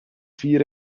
vier